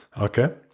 okay